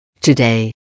Today